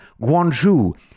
Guangzhou